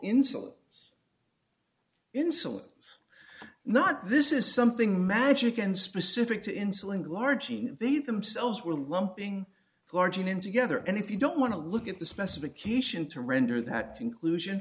insulins insulins not this is something magic and specific to insulin glargine they themselves were lumping glargine in together and if you don't want to look at the specification to render that conclusion